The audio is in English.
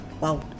wow